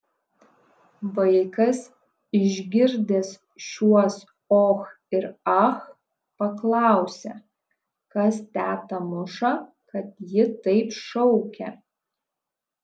vaikas išgirdęs šiuos och ir ach paklausė kas tetą muša kad ji taip šaukia